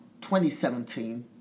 2017